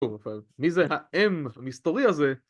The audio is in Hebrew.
מי זה? האם? המסטורי הזה?